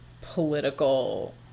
political